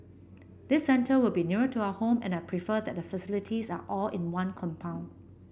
this centre will be nearer to our home and I prefer that the facilities are all in one compound